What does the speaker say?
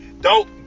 dope